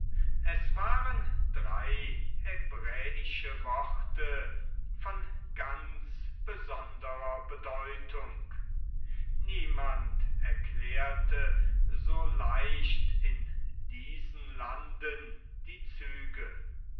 es waren drei hebräische worte von ganz besonderer deutung niemand erklärte so leicht in diesen landen die züge